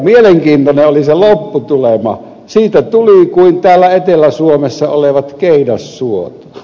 mielenkiintoinen oli se lopputulema siitä tuli kuin täällä etelä suomessa olevat keidassuot